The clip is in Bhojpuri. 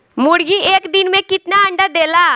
मुर्गी एक दिन मे कितना अंडा देला?